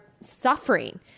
suffering